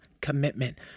commitment